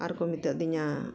ᱟᱨᱠᱚ ᱢᱮᱛᱟ ᱫᱤᱧᱟᱹ